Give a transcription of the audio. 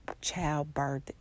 childbirth